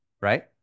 right